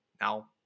Now